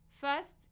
First